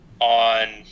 on